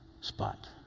spot